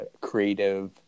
creative